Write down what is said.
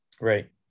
right